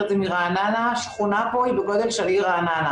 את זה מרעננה שכונה פה היא בגודל של העיר רעננה.